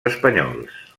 espanyols